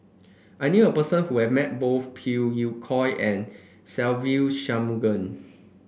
I knew a person who has met both Phey Yew Kok and Se Ve Shanmugam